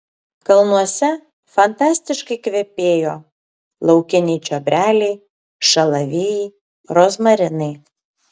kalnuose fantastiškai kvepėjo laukiniai čiobreliai šalavijai rozmarinai